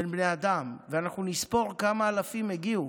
בין בני אדם, ואנחנו נספור כמה אלפים הגיעו.